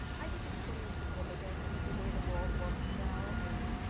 i think it's pretty significant. i mean the way the world works now is,